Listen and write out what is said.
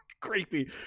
Creepy